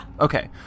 okay